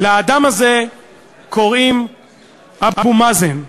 לאדם הזה קוראים אבו מאזן.